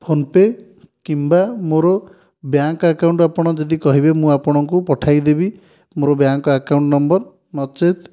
PhonePe' କିମ୍ବା ମୋର bank account ଆପଣ ଯଦି କହିବେ ମୁଁ ଆପଣଙ୍କୁ ପଠାଇଦେବି ମୋର ବ୍ୟାଙ୍କ୍ ଆକାଉଣ୍ଟ୍ ନମ୍ବର୍ ନଚେତ୍